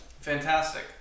Fantastic